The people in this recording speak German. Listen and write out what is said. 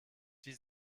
die